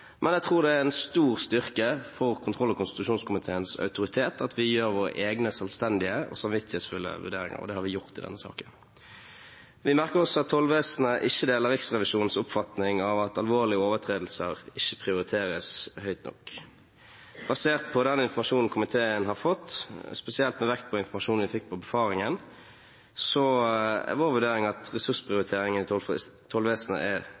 men jeg tror det er en stor styrke for kontroll- og konstitusjonskomiteens autoritet at vi gjør våre egne, selvstendige og samvittighetsfulle vurderinger, og det har vi gjort i denne saken. Vi merker oss at tollvesenet ikke deler Riksrevisjonens oppfatning av at alvorlige overtredelser ikke prioriteres høyt nok. Basert på den informasjonen komiteen har fått, spesielt med vekt på informasjonen vi fikk på befaringen, er vår vurdering at ressursprioriteringen i tollvesenet er